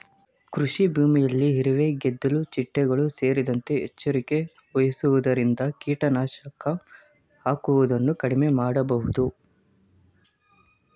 ಕೃಷಿಭೂಮಿಯಲ್ಲಿ ಇರುವೆ, ಗೆದ್ದಿಲು ಚಿಟ್ಟೆಗಳು ಸೇರಿದಂತೆ ಎಚ್ಚರಿಕೆ ವಹಿಸುವುದರಿಂದ ಕೀಟನಾಶಕ ಹಾಕುವುದನ್ನು ಕಡಿಮೆ ಮಾಡಬೋದು